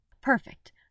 Perfect